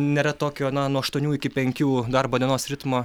nėra tokio na nuo aštuonių iki penkių darbo dienos ritmo